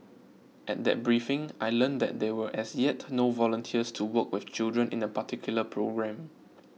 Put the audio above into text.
at that briefing I learnt that there were as yet no volunteers to work with children in a particular programme